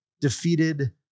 defeated